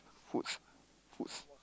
foods foods